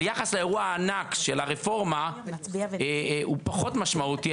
אבל ביחס לאירוע הענק של הרפורמה הוא פחות משמעותי,